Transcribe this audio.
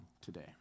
today